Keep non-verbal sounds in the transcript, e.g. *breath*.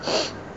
*breath*